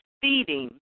feeding